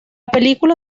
película